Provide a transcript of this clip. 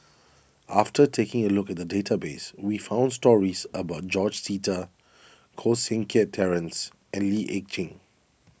after taking a look at the database we found stories about George Sita Koh Seng Kiat Terence and Lee Ek Tieng